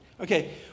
Okay